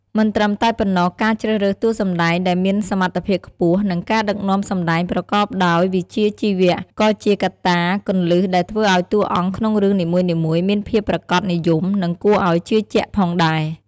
មិនត្រឹមតែប៉ុណ្ណោះ ការជ្រើសរើសតួសម្ដែងដែលមានសមត្ថភាពខ្ពស់ និងការដឹកនាំសម្ដែងប្រកបដោយវិជ្ជាជីវៈ ក៏ជាកត្តាគន្លឹះដែលធ្វើឲ្យតួអង្គក្នុងរឿងនីមួយៗមានភាពប្រាកដនិយម និងគួរឲ្យជឿជាក់ផងដែរ។